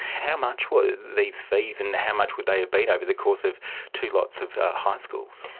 how much where these fees and how much would they have been over the course of two lots of high schools?